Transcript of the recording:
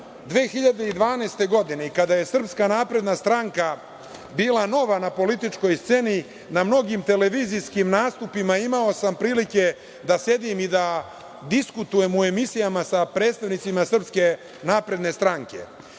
2012. godine kada je SNS bila nova na političkoj sceni, na mnogim televizijskim nastupima imao sam prilike da sedim i da diskutujem u emisijama sa predstavnicima SNS. Tada smo